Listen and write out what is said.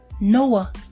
Noah